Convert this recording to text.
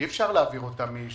אי אפשר להעביר אותם.